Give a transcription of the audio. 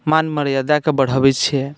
मान मर्यादाके बढ़बैत छियै